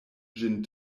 ĝin